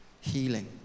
healing